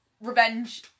revenge